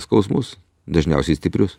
skausmus dažniausiai stiprius